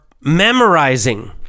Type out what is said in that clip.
memorizing